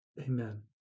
Amen